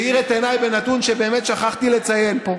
שהאיר את עיניי בנתון שבאמת שכחתי לציין פה,